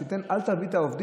אז אל תעביד את העובדים.